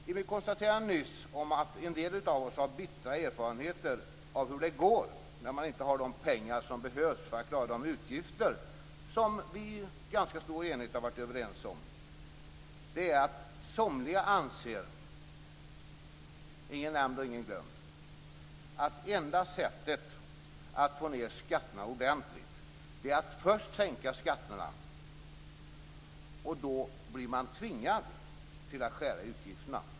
Mitt konstaterande nyss om att en del av oss har bittra erfarenheter av hur det går när man inte har de pengar som behövs för att klara de utgifter som vi i ganska stor enighet har varit överens om antyder att somliga anser - ingen nämnd, ingen glömd - att enda sättet att få ned skatterna ordentligt är att först sänka skatterna för då blir man tvingad till att skära i utgifterna.